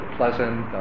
pleasant